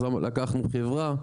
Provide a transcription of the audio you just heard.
אז לקחנו חברה,